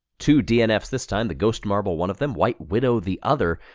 two dnfs this time, the ghost marble one of them, white widow the other.